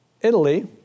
Italy